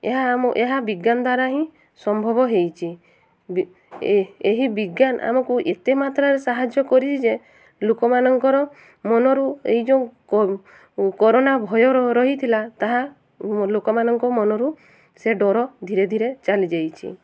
ଏହା ଆମ ଏହା ବିଜ୍ଞାନ ଦ୍ୱାରା ହିଁ ସମ୍ଭବ ହେଇଛି ଏହି ବିଜ୍ଞାନ ଆମକୁ ଏତେ ମାତ୍ରାରେ ସାହାଯ୍ୟ କରିଛି ଯେ ଲୋକମାନଙ୍କର ମନରୁ ଏଇ ଯେଉଁ କରୋନା ଭୟ ରହିଥିଲା ତାହା ଲୋକମାନଙ୍କ ମନରୁ ସେ ଡ଼ର ଧୀରେ ଧୀରେ ଚାଲିଯାଇଛି